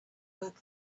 work